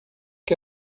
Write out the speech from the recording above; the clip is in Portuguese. que